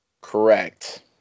Correct